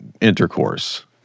intercourse